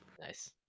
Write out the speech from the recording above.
Nice